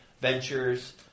ventures